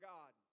God